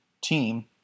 team